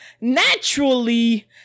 naturally